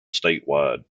statewide